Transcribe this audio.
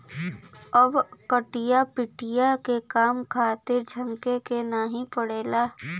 अब कटिया पिटिया के काम खातिर झनके के नाइ पड़ला